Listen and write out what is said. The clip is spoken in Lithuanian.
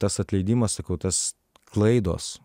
tas atleidimas sakau tas klaidos